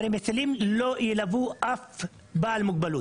אבל המצילים לא ילוו אף בעל מוגבלות,